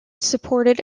supported